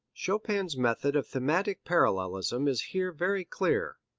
chopin's method of thematic parallelism is here very clear.